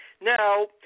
Now